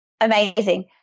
Amazing